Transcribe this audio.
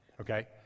Okay